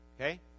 Okay